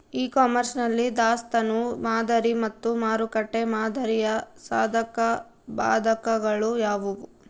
E commerce ನಲ್ಲಿ ದಾಸ್ತನು ಮಾದರಿ ಮತ್ತು ಮಾರುಕಟ್ಟೆ ಮಾದರಿಯ ಸಾಧಕಬಾಧಕಗಳು ಯಾವುವು?